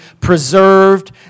preserved